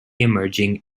emerging